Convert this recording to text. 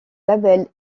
label